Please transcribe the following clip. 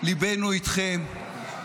ליבנו איתכם,